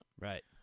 Right